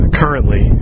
currently